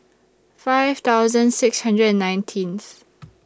five thousand six hundred and nineteenth